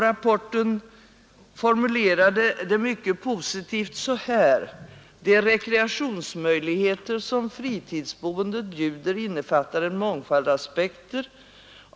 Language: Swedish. Rapporten formulerade det mycket positivt: ”De rekreationsmöjligheter som fritidsboendet bjuder innefattar en mångfald aspekter.